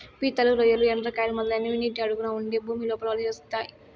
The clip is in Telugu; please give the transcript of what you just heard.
పీతలు, రొయ్యలు, ఎండ్రకాయలు, మొదలైనవి నీటి అడుగున ఉండే భూమి లోపల నివసిస్తాయి